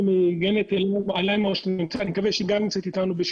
מגנט אלמו שאני מקווה שגם נמצאת איתנו.